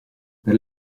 per